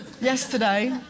yesterday